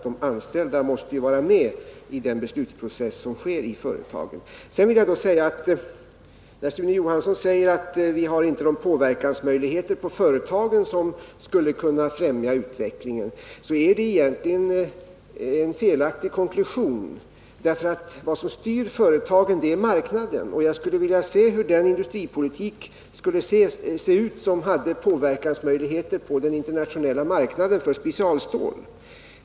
De anställda måste ju vara med i företagens beslutsprocess. När Sune Johansson säger att vi inte har sådana påverkansmöjligheter i företagen att utvecklingen kan främjas är det egentligen en felaktig konklusion. Vad som styr företagen är marknaden. Jag skulle vilja veta hur den industripolitik skall se ut som har påverkansmöjligheter på den internationella marknaden när det gäller specialstål.